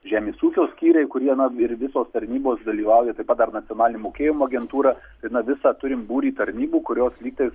žemės ūkio skyriai kurie na ir visos tarnybos dalyvauja taip pat dar nacionalinė mokėjimo agentūra tai na visą turim būrį tarnybų kurios lygtais